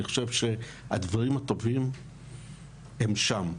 אני חושב שהדברים הטובים הם שם.